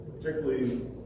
particularly